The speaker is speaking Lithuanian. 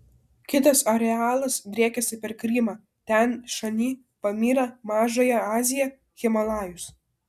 kitas arealas driekiasi per krymą tian šanį pamyrą mažąją aziją himalajus